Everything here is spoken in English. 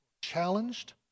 challenged